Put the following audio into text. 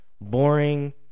boring